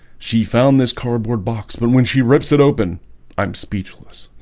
she found this cardboard box, but when she rips it open i'm speechless